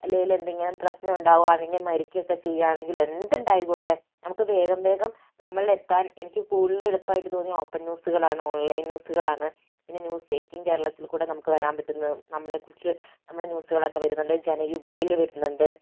അല്ലെങ്കിൽ എന്തെങ്കിലും പ്രശ്നം ഉണ്ടാവുകയാണെങ്കിൽ മരിക്കുക ഒക്കെ ചെയ്യുകയാണെങ്കിലോ എന്ത് ഉണ്ടായിക്കോട്ടെ നമുക്ക് വേഗം വേഗം നമ്മളിലെത്താൻ എനിക്ക് കൂടുതൽ എളുപ്പമായിട്ട് തോന്നിയത് ഓപ്പൺ ന്യൂസുകളാണ് ഓൺലൈൻ ന്യൂസുകളാണ് പിന്നെ ന്യൂസ് എയ്റ്റീൻ കേരളത്തിൽക്കൂടി നമുക്ക് വരാൻ പറ്റുന്ന നമ്മളെക്കുറിച്ച് നമ്മളെ ന്യൂസുകളൊക്കെ വരുന്നുണ്ട് ജനയുഗയില് വരുന്നുണ്ട്